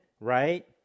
right